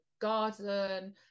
garden